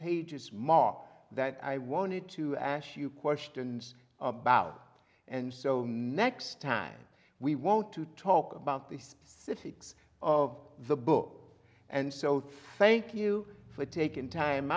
pages mark that i wanted to ask you questions about and so next time we want to talk about this the fix of the book and so thank you for taking time